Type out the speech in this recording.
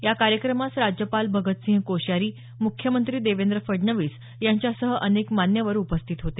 या कार्यक्रमास राज्यपाल भगतसिंह कोशियारी मुख्यमंत्री देवेंद्र फडणवीस यांच्यासह अनेक मान्यवर यावेळी उपस्थित होते